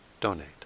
donate